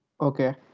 Okay